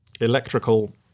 electrical